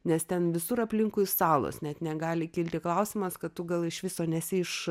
nes ten visur aplinkui salos net negali kilti klausimas kad tu gal iš viso nesi iš